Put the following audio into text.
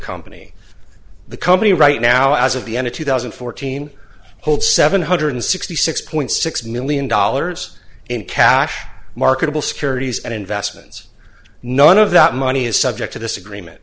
company the company right now as of the end of two thousand and fourteen holds seven hundred sixty six point six million dollars in cash marketable securities and investments none of that money is subject to this agreement